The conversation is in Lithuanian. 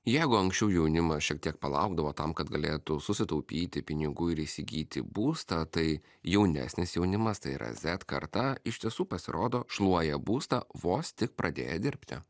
jeigu anksčiau jaunimas šiek tiek palaukdavo tam kad galėtų susitaupyti pinigų ir įsigyti būstą tai jaunesnis jaunimas tai yra zet karta iš tiesų pasirodo šluoja būstą vos tik pradėję dirbti